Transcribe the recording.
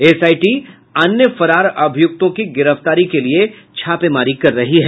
SIT फरार अभियुक्तों की गिरफ्तारी के लिये छापेमारी कर रही है